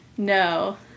No